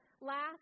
last